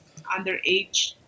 underage